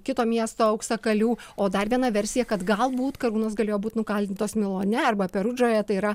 kito miesto auksakalių o dar viena versija kad galbūt karūnos galėjo būt nukaldintos milone arba perudžoje tai yra